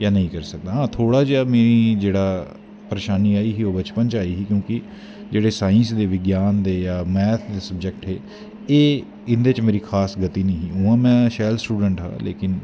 हां थोह्ड़े जेहा में परेशानी आई ही बचपन च आई ही क्योंकि जेह्ड़े साईंस दे बिज्ञान दे जां मैथ दे स्वजैक्ट हे एह् इंदे च मेरी खास गती नी ही में शैल स्टुडैंट हा लेकिन